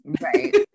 Right